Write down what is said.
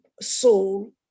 soul